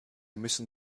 müssen